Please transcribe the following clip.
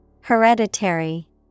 Hereditary